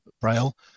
Braille